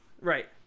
Right